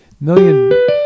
million